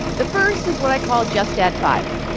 the first is what i call just add five.